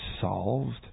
solved